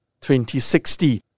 2060